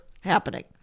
happening